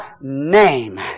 name